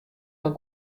noch